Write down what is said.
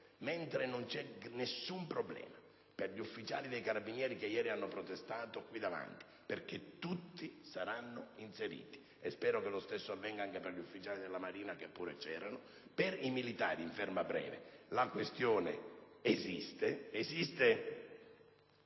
mentre non c'è nessun problema per gli ufficiali dei Carabinieri che ieri hanno protestato qui davanti, perché tutti saranno inseriti (spero lo stesso avvenga anche per gli ufficiali della Marina che pure erano a manifestare), per i militari in ferma breve la questione esiste